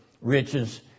riches